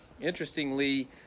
interestingly